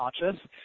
conscious